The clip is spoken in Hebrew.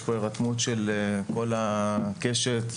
יש כאן הירתמות של כל הקשת הפוליטית,